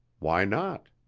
why not.